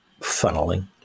funneling